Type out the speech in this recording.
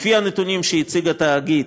לפי הנתונים שהציג התאגיד,